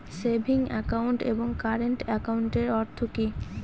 Savings account এবং current একাউন্টের অর্থ কি?